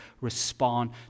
respond